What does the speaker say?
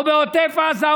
או בעוטף עזה,